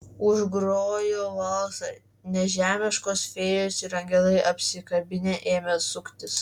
užgrojo valsą nežemiškos fėjos ir angelai apsikabinę ėmė suktis